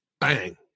bang